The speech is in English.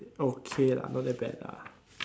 okay lah not that bad lah